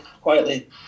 Quietly